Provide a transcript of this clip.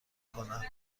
کند